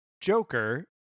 Joker